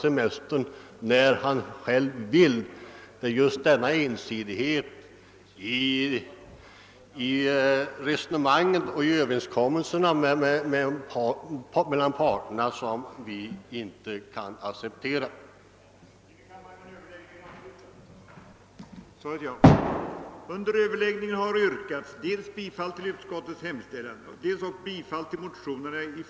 att riksdagen beträffande de av departementschefen uppdragna riktlinjerna för en reform av inskrivningsväsendet måtte uttala som villkor för reformens genomförande att staten ålades strikt skadeståndsansvar för felaktigheter vid databehandlingen av registreringsuppgifterna och för oriktig information om registrets innehåll; samt